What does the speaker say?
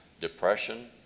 Depression